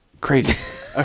Crazy